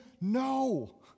No